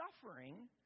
suffering